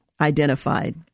identified